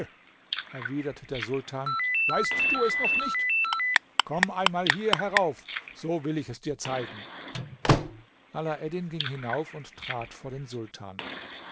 erwiderte der sultan weißt du es noch nicht komm einmal hier herauf so will ich dir es zeigen alaeddin ging hinauf und trat vor den sultan